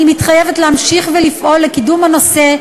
אני מתחייבת להמשיך לפעול לקידום הנושא,